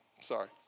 sorry